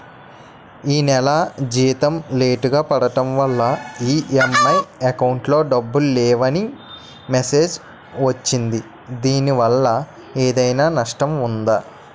ఈ నెల జీతం లేటుగా పడటం వల్ల ఇ.ఎం.ఐ అకౌంట్ లో డబ్బులు లేవని మెసేజ్ వచ్చిందిదీనివల్ల ఏదైనా నష్టం ఉందా?